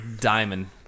diamond